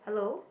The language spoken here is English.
hello